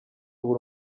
buri